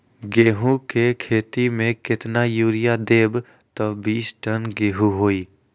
गेंहू क खेती म केतना यूरिया देब त बिस टन गेहूं होई?